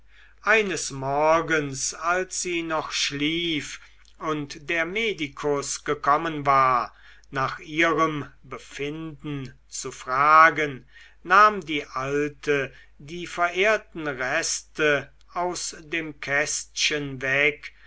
eines morgens als sie noch schlief und der medikus gekommen war nach ihrem befinden zu fragen nahm die alte die verehrten reste aus dem kästchen weg